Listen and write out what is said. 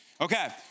Okay